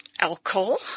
alcohol